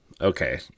okay